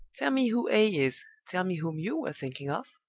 tell me who a is tell me whom you were thinking of?